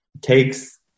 takes